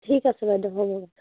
ঠিক আছে বাইদেউ হ'ব বাৰু